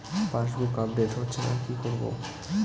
Passbook update হচ্ছেনা কি করবো?